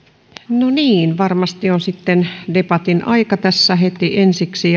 no niin varmasti on sitten debatin aika tässä heti ensiksi